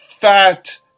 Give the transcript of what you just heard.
Fat